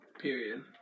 Period